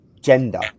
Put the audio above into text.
gender